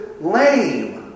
lame